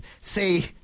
say